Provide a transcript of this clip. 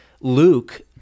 Luke